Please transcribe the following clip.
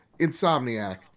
Insomniac